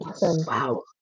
Wow